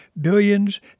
billions